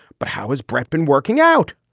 but how is brett been working out.